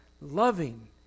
loving